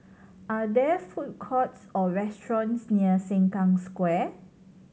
are there food courts or restaurants near Sengkang Square